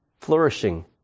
flourishing